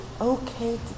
okay